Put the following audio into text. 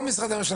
כל משרדי הממשלה,